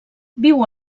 viu